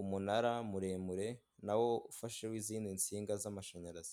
umunara muremure nawo ufasheho izindi nsinga z'amashanyarazi.